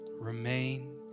remain